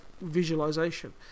visualization